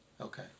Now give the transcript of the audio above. Okay